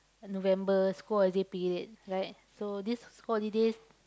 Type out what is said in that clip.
November school holiday period right so this school holidays